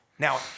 Now